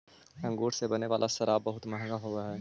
अंगूर से बने वाला शराब बहुत मँहगा होवऽ हइ